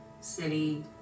city